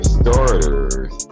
starters